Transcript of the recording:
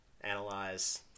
analyze